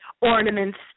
ornaments